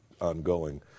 ongoing